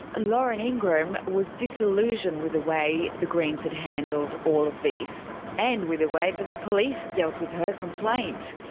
lauren ingram was disillusioned with the way the greens had handled all of this, and with the way that the police dealt with her complaint,